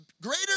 greater